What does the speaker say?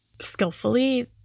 skillfully